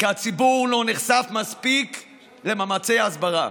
הציבור לא נחשף מספיק למאמצי ההסברה.